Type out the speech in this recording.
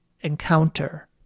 encounter